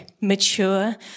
mature